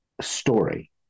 story